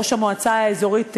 ראש המועצה האזורית שער-הנגב,